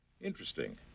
Interesting